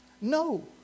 No